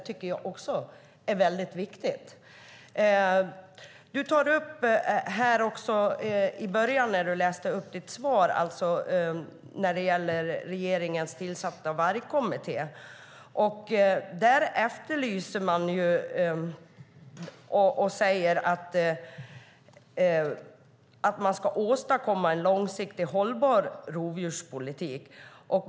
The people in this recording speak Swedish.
I svaret tar ministern upp den av regeringen tillsatta vargkommittén. Man säger att man ska åstadkomma en långsiktigt hållbar rovdjurspolitik.